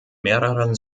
mehreren